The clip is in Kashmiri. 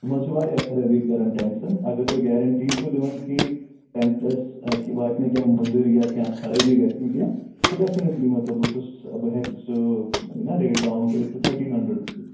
تِم حظ چھِ واریاہ خرٲبی کران ٹٮ۪نٛٹسَن اگر تۄہہِ گیرٮ۪نٛٹی چھو دِوان کہِ ٹٮ۪نٛٹَس کہِ واتہِ نہٕ کیٚنٛہہ مُضر یا کیٛنٛہہ خرٲبی گژھِ نہٕ کیٚنٛہہ تو ڈٮ۪فِنٮ۪ٹلی مطلب بہٕ چھُس بہٕ ہٮ۪کہٕ سُہ یہِ نہ ریٹ ڈاوُن کٔرِتھ ٹُہ تھٔٹیٖن ہنٛڈرنٛڈ رُپیٖز